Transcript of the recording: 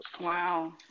Wow